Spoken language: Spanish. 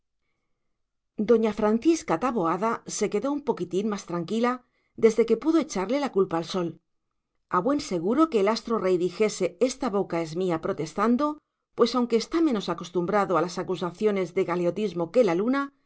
doña francisca taboada se quedó un poquitín más tranquila desde que pudo echarle la culpa al sol a buen seguro que el astro-rey dijese esta boca es mía protestando pues aunque está menos acostumbrado a las acusaciones de galeotismo que la luna